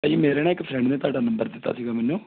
ਭਾਅ ਜੀ ਮੇਰੇ ਨਾ ਇੱਕ ਫਰੈਂਡ ਨੇ ਤੁਹਾਡਾ ਨੰਬਰ ਦਿੱਤਾ ਸੀਗਾ ਮੈਨੂੰ